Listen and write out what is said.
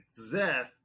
Zeth